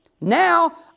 Now